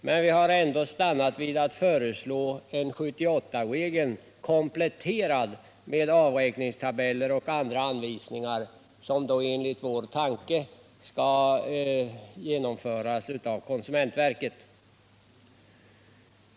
Men vi har ändå stannat vid att föreslå en 78-regel, kompletterad med avräkningstabeller och andra anvisningar, som enligt vår tanke skall utfärdas av konsumentverket.